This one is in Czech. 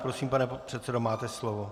Prosím, pane předsedo, máte slovo.